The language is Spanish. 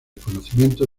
conocimiento